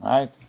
Right